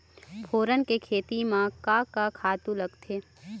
फोरन के खेती म का का खातू लागथे?